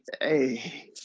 Hey